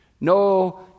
No